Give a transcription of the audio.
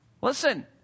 Listen